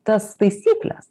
tas taisykles